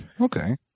Okay